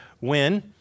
win